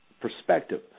perspective